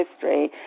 history